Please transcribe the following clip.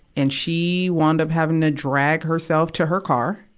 and she wound up having to drag herself to her car.